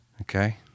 Okay